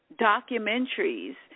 documentaries